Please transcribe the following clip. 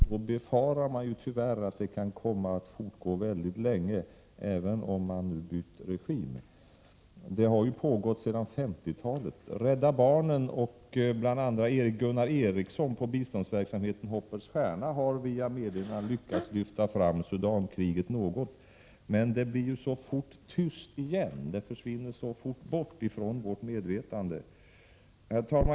Då befarar man tyvärr att kriget kan komma att fortgå väldigt länge även om man byter regim. Det har pågått sedan 1950-talet. Rädda barnen och bl.a. Gunnar Eriksson inom biståndsverksamheten Hoppets stjärna har via meddelanden lyckats lyfta fram Sudankriget något. Men det blir så fort tyst igen, det försvinner så fort bort från vårt medvetande. Herr talman!